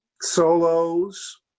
solos